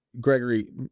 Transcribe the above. Gregory